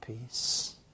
peace